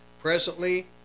Presently